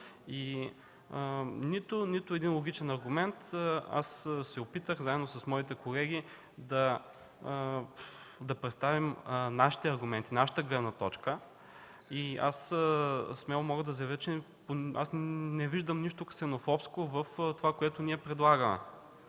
нито, нито един логичен аргумент. Опитах се заедно с моите колеги да представим нашите аргументи, нашата гледна точка. Смело мога да заявя, че не виждам нищо ксенофобско в това, което ние предлагаме.